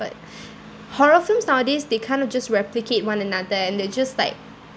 but horror films nowadays they kind of just replicate one another and they're just like